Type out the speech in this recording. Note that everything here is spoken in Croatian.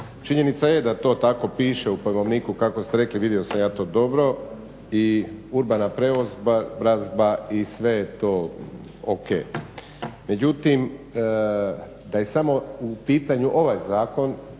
Činjenica je da to tako piše u pojmovniku kako ste rekli, vidio sam ja to dobro, i urbana preobrazba i sve je to ok. Međutim, da je samo u pitanju ovaj zakon